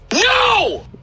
No